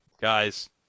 Guys